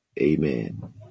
Amen